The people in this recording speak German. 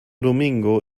domingo